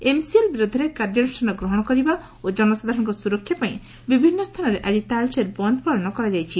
MCL ବିରୋଧରେ କାର୍ଯ୍ୟାନୁଷାନ ଗ୍ରହଶ କରିବା ଓ ସୁରକ୍ଷା ପାଇଁ ବିଭିନ୍ନ ସ୍ରାନରେ ଆକି ତାଳଚେର ବନ୍ନ୍ ପାଳନ କରାଯାଇଛି